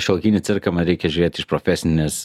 šiuolaikinį cirką man reikia žiūrėt iš profesinės